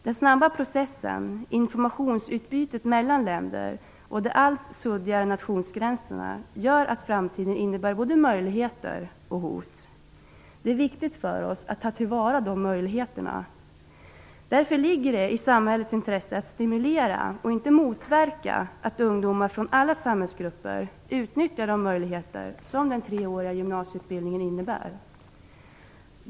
Den snabba processen, informationsutbytet mellan länder och de allt suddigare nationsgränserna gör att framtiden innebär både möjligheter och hot. Det är viktigt för oss att ta till vara de möjligheterna. Därför ligger det i samhällets intresse att stimulera och inte motverka att ungdomar från alla samhällsgrupper utnyttjar de möjligheter som den treåriga gymnasieutbildningen innebär.